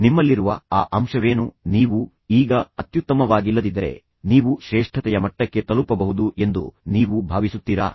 ನಿಮ್ಮಲ್ಲಿರುವ ಆ ಅಂಶವೇನು ನೀವು ಈಗ ಅತ್ಯುತ್ತಮವಾಗಿಲ್ಲದಿದ್ದರೆ ನೀವು ಶ್ರೇಷ್ಠತೆಯ ಮಟ್ಟಕ್ಕೆ ತಲುಪಬಹುದು ಎಂದು ನೀವು ಭಾವಿಸುತ್ತೀರಾ